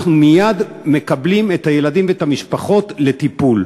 אנחנו מייד מקבלים את הילדים ואת המשפחות לטיפול.